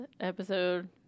episode